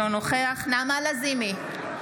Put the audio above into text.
אינו נוכח נעמה לזימי,